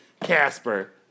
Casper